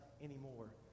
anymore